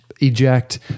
eject